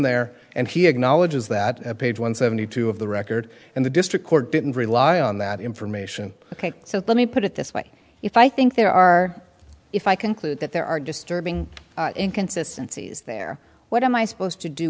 there and he acknowledges that at page one seventy two of the record and the district court didn't rely on that information ok so let me put it this way if i think there are if i conclude that there are disturbing inconsistency is there what am i supposed to do